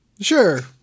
Sure